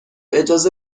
اجازه